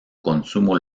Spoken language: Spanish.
consumo